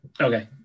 Okay